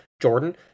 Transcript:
Jordan